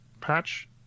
Patch